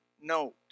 note